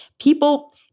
People